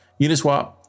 Uniswap